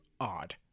odd